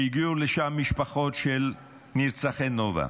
הגיעו לשם משפחות של נרצחי נובה.